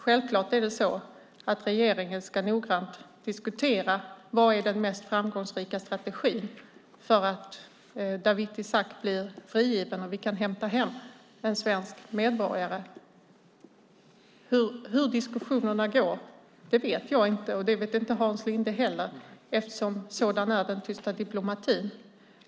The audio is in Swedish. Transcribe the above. Självklart ska regeringen noga diskutera vad som är den mest framgångsrika strategin för att få Dawit Isaac frigiven så att vi kan hämta hem denna svenska medborgare. Hur diskussionerna går vet varken jag eller Hans Linde, för sådan är den tysta diplomatin.